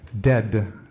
dead